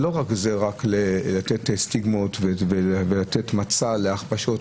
לא רק לייצר סטיגמות ולשמש מצע להכפשות,